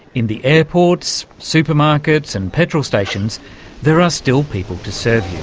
in the airports, supermarkets and petrol stations there are still people to serve